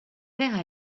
père